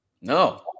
No